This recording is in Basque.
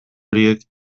horiek